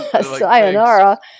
sayonara